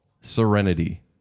Serenity